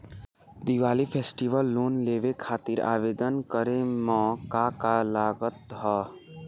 Diwali festival loan लेवे खातिर आवेदन करे म का का लगा तऽ?